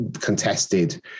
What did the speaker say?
contested